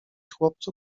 chłopcu